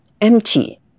empty